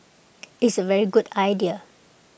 it's A very good idea